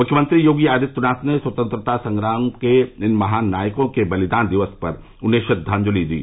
मुख्यमंत्री योगी आदित्यनाथ ने स्वतंत्रता संग्राम के इन महानायकों के बलिदान दिवस पर उन्हें श्रद्वांजलि दी